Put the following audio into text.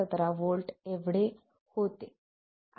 17 V एवढे होते